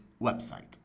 website